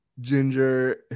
ginger